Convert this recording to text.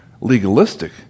legalistic